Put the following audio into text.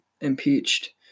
impeached